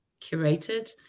curated